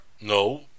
No